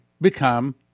become